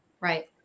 Right